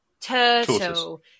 turtle